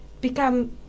become